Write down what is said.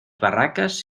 barracas